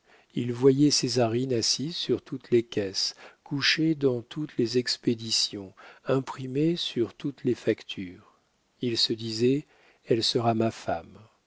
il voyait césarine assise sur toutes les caisses couchée dans toutes les expéditions imprimée sur toutes les factures il se disait elle sera ma femme